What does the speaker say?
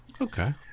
okay